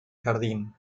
jardín